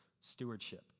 stewardship